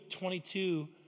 22